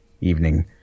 evening